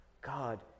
God